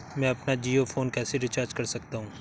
मैं अपना जियो फोन कैसे रिचार्ज कर सकता हूँ?